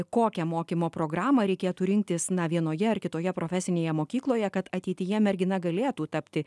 kokią mokymo programą reikėtų rinktis na vienoje ar kitoje profesinėje mokykloje kad ateityje mergina galėtų tapti